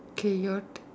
okay your turn